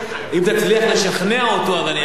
אם תצליח לשכנע אותו, אז אני ארשה.